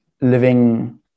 living